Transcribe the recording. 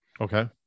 Okay